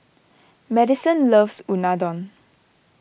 Madison loves Unadon